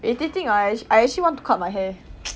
wait think think I I actually want to cut my hair